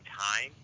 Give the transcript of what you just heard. time